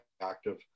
active